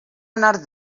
anar